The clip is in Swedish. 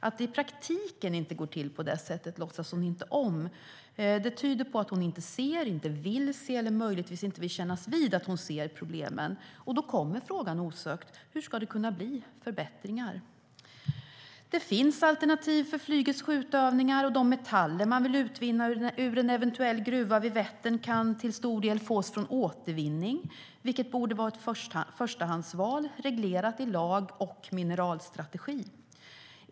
Att det i praktiken inte går till på det sättet låtsas hon inte om. Det tyder på att hon inte ser, inte vill se eller möjligtvis inte vill kännas vid att hon ser problemen. Då kommer frågan osökt: Hur ska det kunna bli förbättringar? Det finns alternativ för flygets skjutövningar, och de metaller man vill utvinna ur en eventuell gruva vid Vättern kan till stor del fås från återvinning. Det borde vara ett förstahandsval reglerat i lag och mineralstrategi.